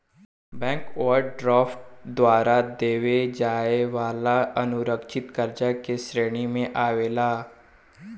bank overdraft द्वारा देवे जाए वाला असुरकछित कर्जा के श्रेणी मे आवेला